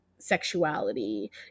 sexuality